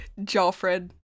joffred